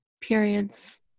periods